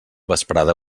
vesprada